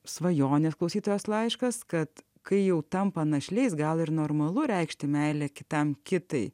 svajonės klausytojos laiškas kad kai jau tampa našliais gal ir normalu reikšti meilę kitam kitai